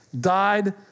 died